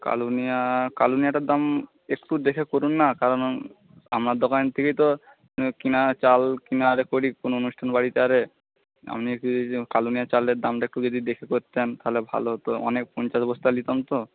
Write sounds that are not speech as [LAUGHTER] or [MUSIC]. কালো নুনিয়া কালো নুনিয়াটার দাম একটু দেখে করুন না কারণ আপনার দোকান থেকেই তো [UNINTELLIGIBLE] কেনা চাল কেনা আরে করি কোনো অনুষ্ঠান বাড়িতে আরে আপনি [UNINTELLIGIBLE] কালো নুনিয়া চালের দামটা একটু যদি দেখে করতেন তাহলে ভালো হতো অনেক পঞ্চাশ বস্তা নিতাম তো